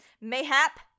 Mayhap